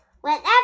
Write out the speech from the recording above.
Whenever